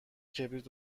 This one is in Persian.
کبریت